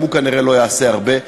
וגם הוא כנראה לא יעשה הרבה.